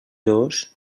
dos